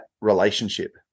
relationship